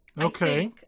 Okay